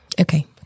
Okay